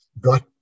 Got